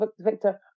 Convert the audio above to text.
Victor